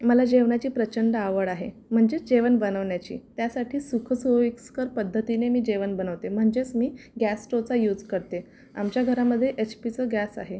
मला जेवणाची प्रचंड आवड आहे म्हणजेच जेवण बनवण्याची त्यासाठी सुखसोयीस्कर पद्धतीने मी जेवण बनवते म्हणजेच मी गॅस स्टोचा यूज करते आमच्या घरामध्ये एच पीचा गॅस आहे